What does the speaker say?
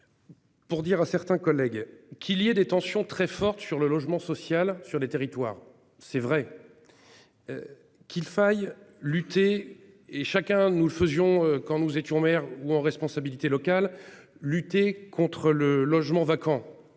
Pour dire à certains collègues qu'il y ait des tensions très fortes sur le logement social sur les territoires. C'est vrai. Qu'il faille lutter et chacun de nous le faisions quand nous étions mer ou en responsabilité locale. Lutter contre le logement vacant.